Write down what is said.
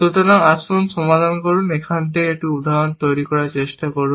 সুতরাং আসুন সমাধান করুন এখান থেকে এই উদাহরণটি তৈরি করার চেষ্টা করুন